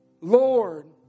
Lord